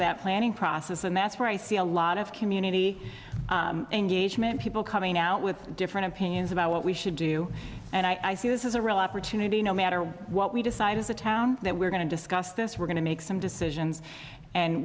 that planning process and that's where i see a lot of community engagement people coming out with different opinions about what we should do and i see this is a real opportunity no matter what we decide is a town that we're going to discuss this we're going to make some decisions and